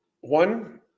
One